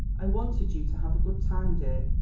i wanted you to have a good time, dear,